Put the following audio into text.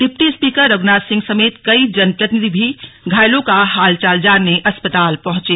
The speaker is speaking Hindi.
डिप्टी स्पीकर रघुनाथ सिंह समेत कई जनप्रतिनिधि भी घायलों का हालचाल जानने अस्पताल पहुंचे